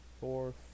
four